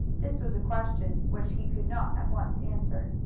this was a question which he could not at once answer.